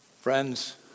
Friends